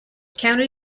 county